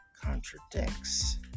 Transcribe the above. Contradicts